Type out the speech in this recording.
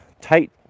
tight